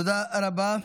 תודה רבה.